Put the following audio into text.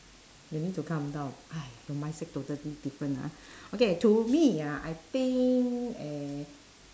you need to calm down !hais! your mindset totally different ah okay to me ah I think eh